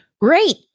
Great